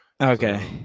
Okay